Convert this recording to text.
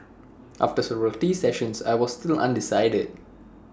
after several tea sessions I was still undecided